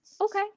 Okay